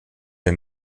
and